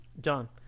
John